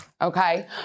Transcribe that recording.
Okay